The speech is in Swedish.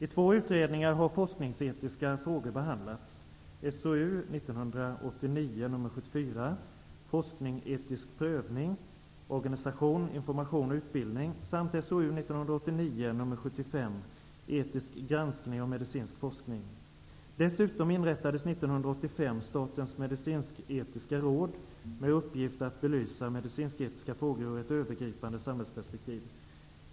I två utredningar har forskningsetiska frågor behandlats: SOU 1989:74 ''Forskningsetisk prövning. Organisation, information och utbildning'' samt SOU 1989:75 ''Etisk granskning av medicinsk forskning''. Dessutom inrättades 1985 Statens medicinsk-etiska råd med uppgift att belysa medicinsk-etiska frågor i ett övergripande samhällsperspektiv.